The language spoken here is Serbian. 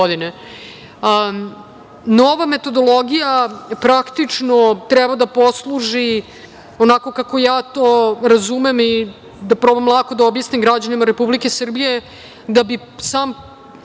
metodologija praktično treba da posluži, onako kako ja to razumem i da probam lako da objasnim građanima Republike Srbije, da bi sam